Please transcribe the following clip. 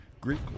Greek